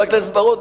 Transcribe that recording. חבר הכנסת בר-און,